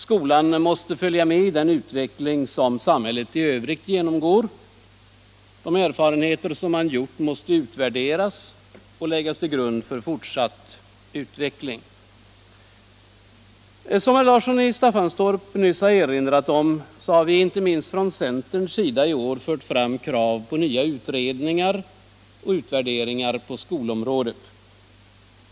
Skolan måste följa med i den utveckling som samhället i övrigt genomgår. De erfarenheter man gjort måste utvärderas och läggas till grund för fortsatt utveckling. Som herr Larsson i Staffanstorp nyss har erinrat om har vi, inte minst från centerns sida, i år fört fram krav på nya utredningar och utvärderingar på skolområdet.